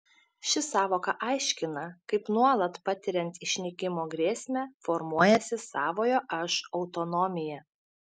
ši sąvoka aiškina kaip nuolat patiriant išnykimo grėsmę formuojasi savojo aš autonomija